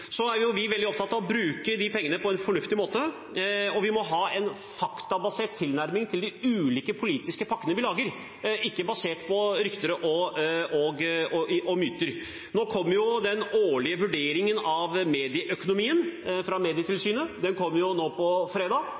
er veldig opptatt av å bruke disse pengene på en fornuftig måte. Vi må ha en faktabasert tilnærming til de ulike politiske pakkene vi lager, ikke basert på rykter og myter. Den årlige vurderingen av medieøkonomien fra Medietilsynet kommer på fredag. Vi bør avvente hva som står der, men på